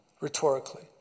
Rhetorically